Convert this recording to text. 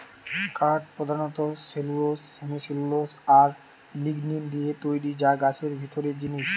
কাঠ পোধানত cellulose, hemicellulose আর লিগনিন দিয়ে তৈরি যা গাছের ভিতরের জিনিস